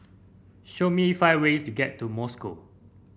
show me five ways to get to Moscow